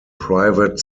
private